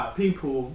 people